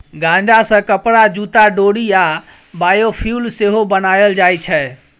गांजा सँ कपरा, जुत्ता, डोरि आ बायोफ्युल सेहो बनाएल जाइ छै